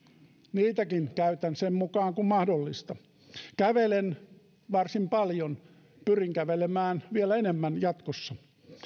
niitäkin käytän sen mukaan kuin on mahdollista kävelen varsin paljon pyrin kävelemään vielä enemmän jatkossa